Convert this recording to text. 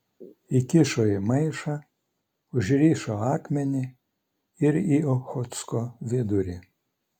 įkišo į maišą užrišo akmenį ir į ochotsko vidurį